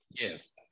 Yes